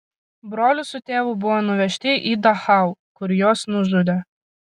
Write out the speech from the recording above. brolis su tėvu buvo nuvežti į dachau kur juos nužudė